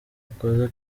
akoze